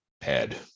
pad